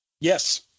Yes